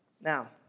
Now